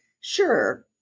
Sure